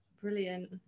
brilliant